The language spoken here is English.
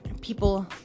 people